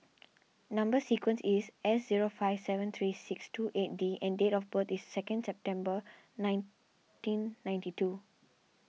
Number Sequence is S zero five seven three six two eight D and date of birth is second September nineteen ninety two